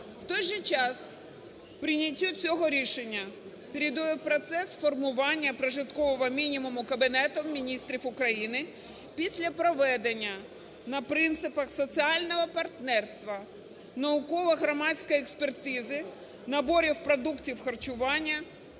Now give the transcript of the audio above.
В той же час, прийняттю цього рішення передує процес формування прожиткового мінімуму Кабінетом Міністрів України після проведення на принципах соціального партнерства науково-громадської експертизи наборів продуктів харчування